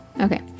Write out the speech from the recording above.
Okay